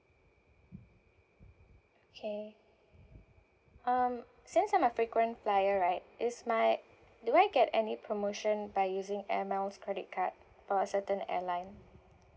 okay um since I'm a frequent flyer right is my do I get any promotion by using air miles credit card for a certain airline